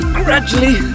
gradually